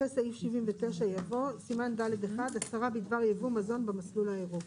אחרי סעיף 79 יבוא סימן ד' 1. הסדרה בדבר ייבוא מזון במסלול האירופי.